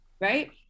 Right